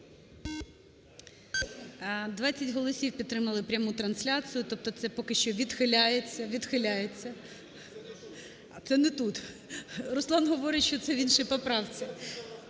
20 голосів підтримали пряму трансляцію, тобто це поки що відхиляється, відхиляється. Це не тут, Руслан говорить, що це в іншій поправці.